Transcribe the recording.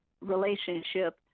relationship